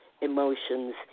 emotions